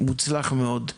מוצלח מאוד,